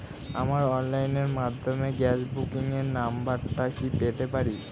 আমার অনলাইনের মাধ্যমে গ্যাস বুকিং এর নাম্বারটা কি পেতে পারি?